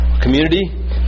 community